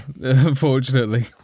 unfortunately